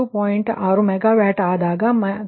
6 megawatt ಆದಾಗ −138